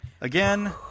Again